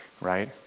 right